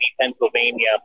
Pennsylvania